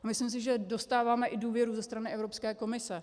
A myslím si, že dostáváme i důvěru ze strany Evropské komise.